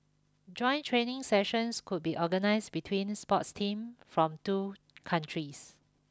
joint training sessions could be organized between sports team from two countries